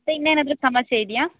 ಇನ್ನೇನಾದ್ರೂ ಸಮಸ್ಯೆ ಇದೆಯಾ